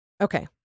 Okay